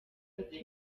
ati